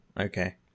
okay